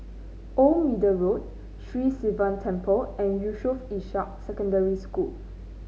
Old Middle Road Sri Sivan Temple and Yusof Ishak Secondary School